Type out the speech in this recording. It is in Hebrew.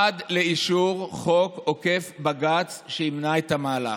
עד לאישור חוק עוקף בג"ץ שימנע את המהלך.